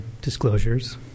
disclosures